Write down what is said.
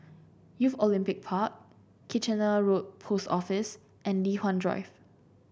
Youth Olympic Park Kitchener Road Post Office and Li Hwan Drive